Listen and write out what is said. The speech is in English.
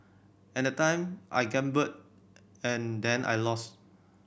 at that time I gambled and then I lost